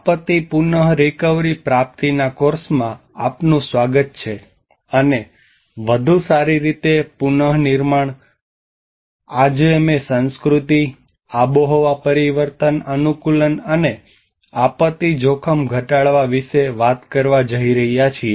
આપત્તિ પુન રીકવરી પ્રાપ્તિના કોર્સમાં આપનું સ્વાગત છે અને વધુ સારી રીતે નિર્માણ આજે અમે સંસ્કૃતિ આબોહવા પરિવર્તન અનુકૂલન અને આપત્તિ જોખમ ઘટાડા વિશે વાત કરવા જઈ રહ્યા છીએ